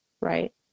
right